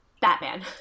Batman